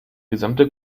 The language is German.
gesamte